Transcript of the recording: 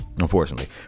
Unfortunately